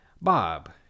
Bob